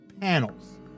panels